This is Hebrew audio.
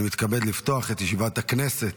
אני מתכבד לפתוח את ישיבת הכנסת.